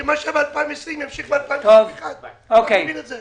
שמה שבשנת 2020 ימשיך בשנת 2021. אני לא מבין את זה,